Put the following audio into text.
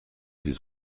his